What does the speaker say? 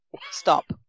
Stop